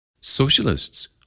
Socialists